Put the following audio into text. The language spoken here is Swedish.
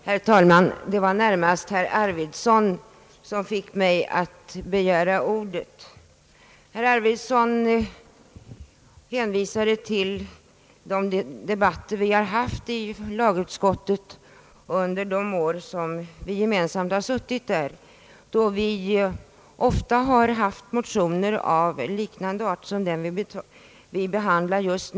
Herr talman! Det war närmast herr Arvidson som fick mig att begära ordet. Herr Arvidson erinrade om de debatter som vi haft i första lagutskottet under de år som herr Arvidson och jag tillsammans har suttit där och då vi ofta har haft att behandla motioner av liknande art som den vi just nu diskuterar.